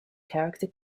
character